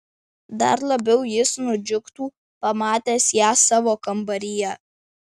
dar labiau jis nudžiugtų pamatęs ją savo kambaryje